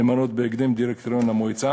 למנות בהקדם דירקטוריון למועצה